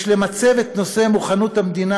יש להציב את נושא מוכנות המדינה